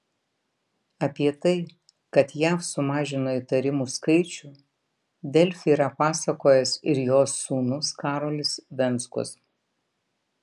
apie tai kad jav sumažino įtarimų skaičių delfi yra pasakojęs ir jos sūnus karolis venckus